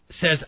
says